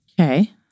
okay